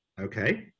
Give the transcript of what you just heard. Okay